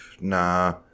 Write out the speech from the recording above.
Nah